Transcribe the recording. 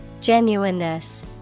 Genuineness